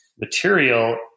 material